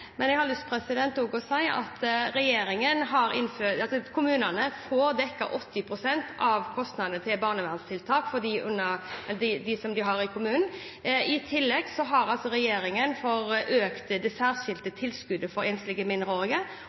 men jeg har lyst til å si at kommunene får dekket 80 pst. av kostnadene til barnevernstiltak for dem som bor i kommunen. I tillegg har regjeringen økt det særskilte tilskuddet for enslige mindreårige